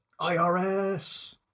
IRS